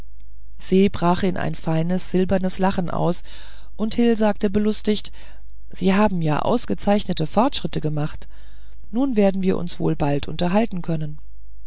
se brach in ihr feines silbernes lachen aus und hil sagte belustigt sie haben ja ausgezeichnete fortschritte gemacht nun werden wir uns wohl bald unterhalten können